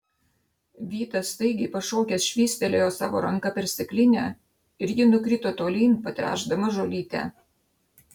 vytas staigiai pašokęs švystelėjo savo ranka per stiklinę ir ji nukrito tolyn patręšdama žolytę